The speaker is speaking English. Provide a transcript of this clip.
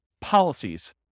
policies